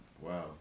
wow